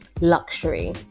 luxury